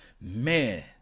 man